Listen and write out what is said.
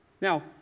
Now